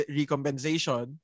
recompensation